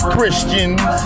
Christians